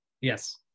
Yes